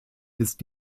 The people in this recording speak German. ist